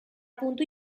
puntu